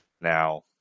Now